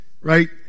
right